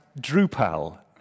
Drupal